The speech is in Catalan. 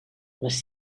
les